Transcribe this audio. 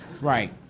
right